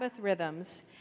rhythms